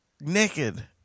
naked